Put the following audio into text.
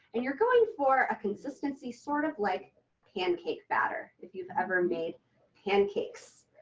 and you're going for a consistency sort of like pancake batter, if you've ever made pancakes.